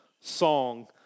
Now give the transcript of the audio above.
song